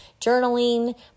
journaling